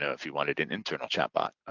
if you wanted an internal chat bot,